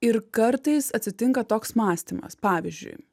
ir kartais atsitinka toks mąstymas pavyzdžiui